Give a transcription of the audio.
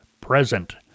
present